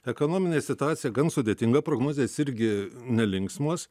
ekanominė situacija gan sudėtinga prognozės irgi nelinksmos